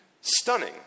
stunning